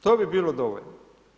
To bi bilo dovoljno.